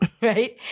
right